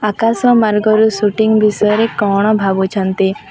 ଆକାଶ ମାର୍ଗରୁ ସୁଟିଙ୍ଗ ବିଷୟରେ କ'ଣ ଭାବୁଛନ୍ତି